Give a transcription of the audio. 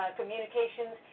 communications